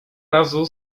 razu